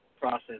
process